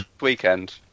weekend